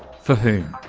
for whom?